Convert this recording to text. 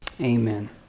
Amen